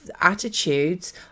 attitudes